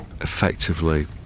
effectively